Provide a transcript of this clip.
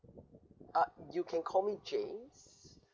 uh you can call me james